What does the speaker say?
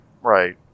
right